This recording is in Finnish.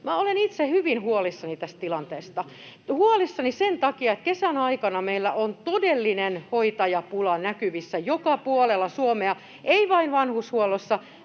olen itse hyvin huolissani tästä tilanteesta, huolissani sen takia, että kesän aikana meillä on todellinen hoitajapula näkyvissä joka puolella Suomea, ei vain vanhushuollossa